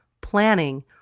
planning